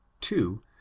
two